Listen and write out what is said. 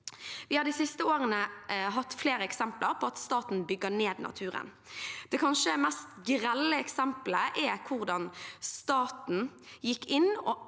Vi har de siste årene hatt flere eksempler på at staten bygger ned naturen. Det kanskje mest grelle eksemplet er hvordan staten gikk inn og